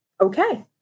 okay